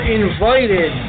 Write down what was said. invited